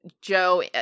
Joe